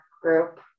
group